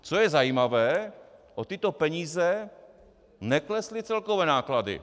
Co je zajímavé, o tyto peníze neklesly celkové náklady.